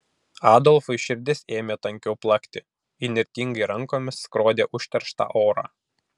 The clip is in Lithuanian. adolfui širdis ėmė tankiau plakti įnirtingai rankomis skrodė užterštą orą